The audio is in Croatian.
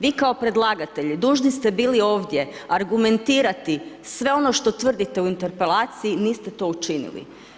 Vi kao predlagatelji dužni ste bili ovdje argumentirati sve ono što tvrdite u interpelaciji niste to učinili.